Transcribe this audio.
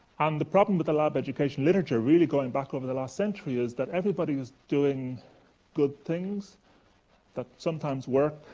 and the problem with the lab education literature, really going back over the last century, is that everybody is doing good things that sometimes work,